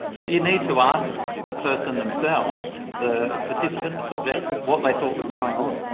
but you need to ask the person themselves the participant subject what they thought was going on,